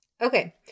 Okay